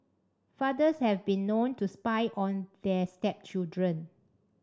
fathers have been known to spy on their stepchildren